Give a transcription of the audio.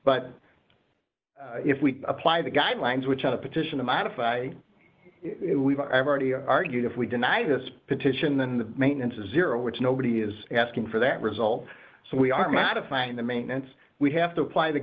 but if we apply the guidelines which have a petition to modify it we've already argued if we deny this petition then the maintenance is zero which nobody is asking for that result so we are modifying the maintenance we have to apply the